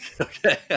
Okay